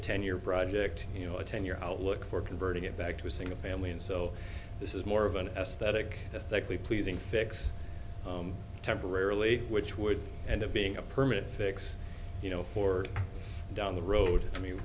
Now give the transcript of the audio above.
ten year project you know a ten year outlook for converting it back to a single family and so this is more of an aesthetic aesthetically pleasing fix temporarily which would end up being a permanent fix you know for down the road i mean